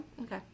Okay